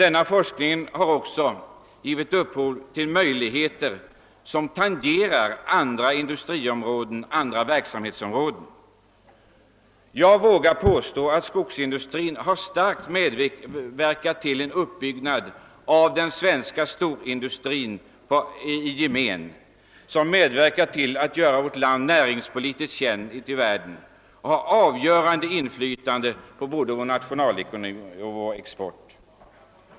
Denna forskning har också givit utbyte på tangerande områden. Jag vågar påstå att skogsindustrin har kraftigt medverkat till uppbyggnaden av den svenska storindustrin över huvud taget och bidragit till att göra vårt land näringspolitiskt känt ute i världen. Den har haft avgörande inflytande på vår nationalekonomi och vår export.